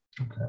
okay